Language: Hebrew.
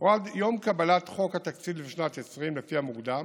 או עד יום קבלת חוק התקציב לשנת 2020, לפי המוקדם,